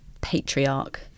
patriarch